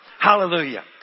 Hallelujah